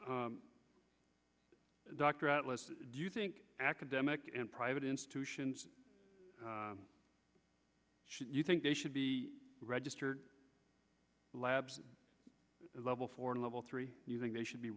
dr outlets do you think academic and private institutions should you think they should be registered labs level for level three do you think they should be